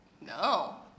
no